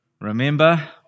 Remember